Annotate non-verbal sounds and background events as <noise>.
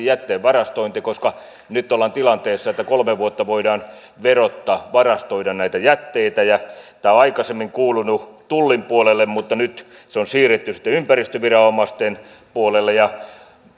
<unintelligible> jätteen varastointi koska nyt ollaan tilanteessa että kolme vuotta voidaan verotta varastoida näitä jätteitä ja tämä on aikaisemmin kuulunut tullin puolelle mutta nyt se on siirretty sitten ympäristöviranomaisten puolelle